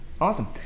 Awesome